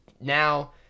now